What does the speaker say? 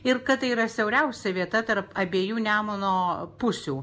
ir kad tai yra siauriausia vieta tarp abiejų nemuno pusių